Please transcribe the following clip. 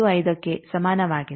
55ಕ್ಕೆ ಸಮಾನವಾಗಿದೆ